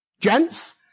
Gents